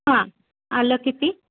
हां आलं किती